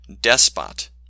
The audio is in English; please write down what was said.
Despot